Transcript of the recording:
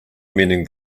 mending